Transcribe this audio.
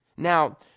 Now